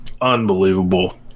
Unbelievable